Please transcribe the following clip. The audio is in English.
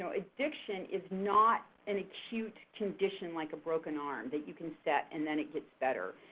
so addiction is not an acute condition like a broken arm that you can set and then it gets better.